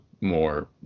more